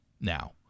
now